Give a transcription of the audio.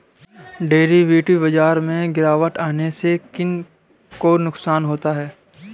Derivative बाजार में गिरावट आने से किन को नुकसान होता है?